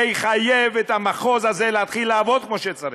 זה יחייב את המחוז הזה להתחיל לעבוד כמו שצריך.